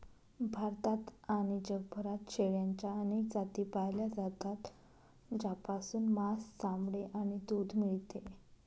भारतात आणि जगभरात शेळ्यांच्या अनेक जाती पाळल्या जातात, ज्यापासून मांस, चामडे आणि दूध मिळते